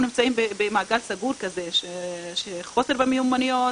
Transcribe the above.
אנחנו נמצאים במעגל סגור כזה של חוסר במיומנויות,